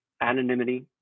anonymity